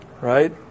Right